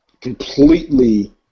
completely